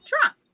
Trump